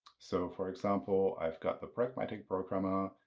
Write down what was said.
so for example, i've got the pragmatic programmer,